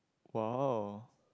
!wow!